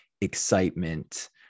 excitement